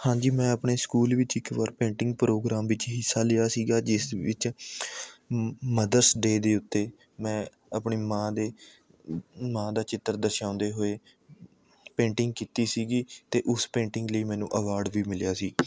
ਹਾਂਜੀ ਮੈਂ ਆਪਣੇ ਸਕੂਲ ਵਿੱਚ ਇੱਕ ਵਾਰ ਪੇਂਟਿੰਗ ਪ੍ਰੋਗਰਾਮ ਵਿੱਚ ਹਿੱਸਾ ਲਿਆ ਸੀਗਾ ਜਿਸ ਵਿੱਚ ਮ ਮਦਰਜ਼ ਡੇ ਦੇ ਉੱਤੇ ਮੈਂ ਆਪਣੀ ਮਾਂ ਦੇ ਮਾਂ ਦਾ ਚਿੱਤਰ ਦਰਸਾਉਂਦੇ ਹੋਏ ਪੇਂਟਿੰਗ ਕੀਤੀ ਸੀਗੀ ਅਤੇ ਉਸ ਪੇਂਟਿੰਗ ਲਈ ਮੈਨੂੰ ਅਵਾਰਡ ਵੀ ਮਿਲਿਆ ਸੀ